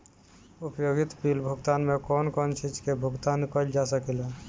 उपयोगिता बिल भुगतान में कौन कौन चीज के भुगतान कइल जा सके ला?